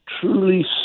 truly